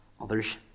others